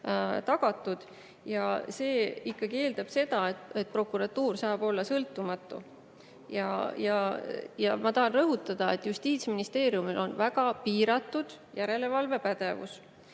tagatud. See ikkagi eeldab seda, et prokuratuur saab olla sõltumatu. Ma tahan rõhutada, et Justiitsministeeriumil on väga piiratud järelevalvepädevus.